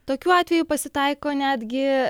tokių atvejų pasitaiko netgi